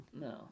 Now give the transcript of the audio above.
No